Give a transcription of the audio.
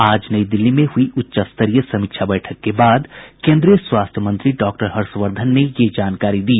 आज नई दिल्ली में हुई एक उच्चस्तरीय समीक्षा बैठक के बाद केन्द्रीय स्वास्थ्य मंत्री डॉक्टर हर्षवर्धन ने यह जानकारी दी